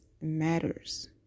matters